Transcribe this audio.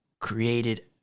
created